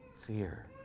fear